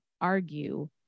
argue